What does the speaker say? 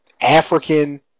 African